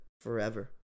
forever